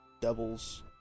devils